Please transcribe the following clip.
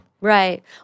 Right